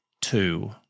two